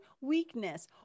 weakness